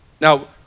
Now